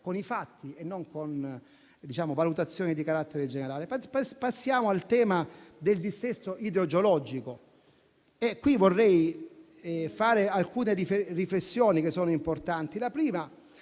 con i fatti e non con valutazioni di carattere generale. Passiamo al tema del dissesto idrogeologico; vorrei qui fare alcune riflessioni importanti.